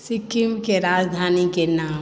सिक्किमके राजधानीके नाम